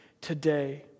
today